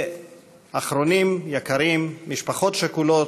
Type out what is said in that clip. ואחרונים, יקרים, משפחות שכולות,